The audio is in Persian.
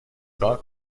کار